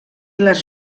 les